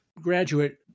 graduate